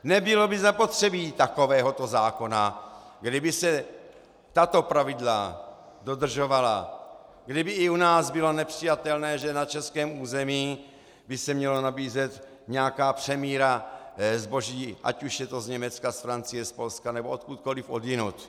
Nebylo by zapotřebí takovéhoto zákona, kdyby se tato pravidla dodržovala, kdyby i u nás bylo nepřijatelné, že na českém území by se měla nabízet nějaká přemíra zboží, ať už je to z Německa, z Francie, z Polska nebo odkudkoliv odjinud.